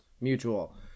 mutual